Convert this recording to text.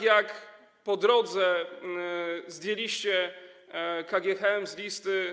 jak po drodze zdjęliście KGHM z listy.